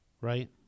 right